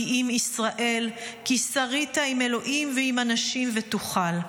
כי אם ישראל כי שרית עם אלהים ועם אנשים ותוכל".